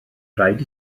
rhaid